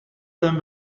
them